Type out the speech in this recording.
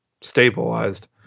stabilized